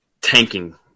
tanking